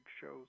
shows